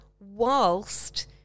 whilst